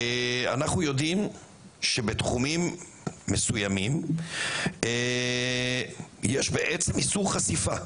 אנחנו יודעים שבתחומים מסוימים יש בעצם איסור חשיפה